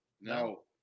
No